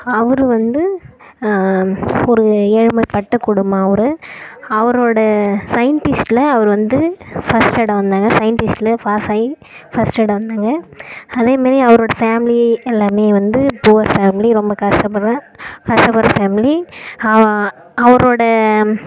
அவர் வந்து ஒரு ஏழ்மைபட்ட குடும்பம் அவர் அவரோட சயின்ட்டிஸ்டில் அவர் வந்து ஃபஸ்ட்டடாக வந்தாங்க சயின்ட்டிஸ்டில் ஃபாஸ் ஆகி ஃபஸ்ட்டடாக வந்தாங்க அதே மாதிரி அவரோடய ஃபேமிலி எல்லாம் வந்து புவர் ஃபேமிலி ரொம்ப கஷ்டபடுற கஷ்டபடுற ஃபேமிலி அவரோடய